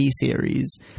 series